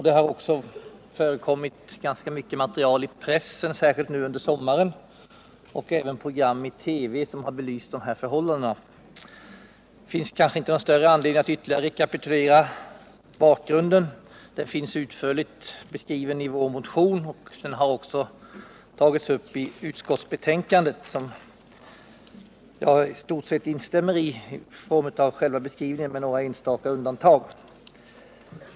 Det har också förekommit ganska mycket material i pressen, särskilt under sommaren, och även program i TV, som har belyst förhållandena. Det finns kanske inte någon större anledning att ytterligare rekapitulera bakgrunden. Den finns utförligt beskriven i vår motion och har också tagits upp i utskottsbetänkandet. Jag instämmer i stort sett i själva beskrivningen med några enstaka undantag.